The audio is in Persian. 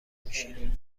میشی